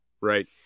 right